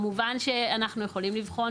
כמובן שאנחנו יכולים לבחון,